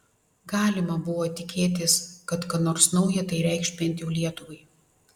galima buvo tikėtis kad ką nors nauja tai reikš bent jau lietuvai